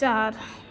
चारि